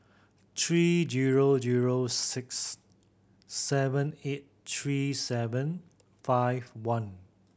three zero zero six seven eight three seven five one